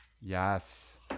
Yes